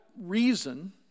reason